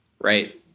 right